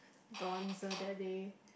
bronzer that day